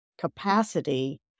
capacity